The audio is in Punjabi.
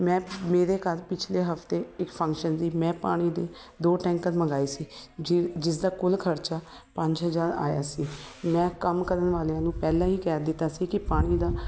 ਮੈਂ ਮੇਰੇ ਘਰ ਪਿਛਲੇ ਹਫਤੇ ਇੱਕ ਫੰਕਸ਼ਨ ਸੀ ਮੈਂ ਪਾਣੀ ਦੇ ਦੋ ਟੈਂਕਰ ਮੰਗਾਵਾਏ ਸੀ ਜਿ ਜਿਸਦਾ ਕੁੱਲ ਖਰਚਾ ਪੰਜ ਹਜ਼ਾਰ ਆਇਆ ਸੀ ਮੈਂ ਕੰਮ ਕਰਨ ਵਾਲਿਆਂ ਨੂੰ ਪਹਿਲਾਂ ਹੀ ਕਹਿ ਦਿੱਤਾ ਸੀ ਕਿ ਪਾਣੀ ਦਾ